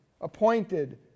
appointed